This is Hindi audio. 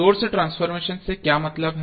सोर्स ट्रांसफॉर्मेशन से क्या मतलब है